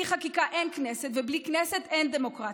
בלי חקיקה אין כנסת, ובלי כנסת אין דמוקרטיה.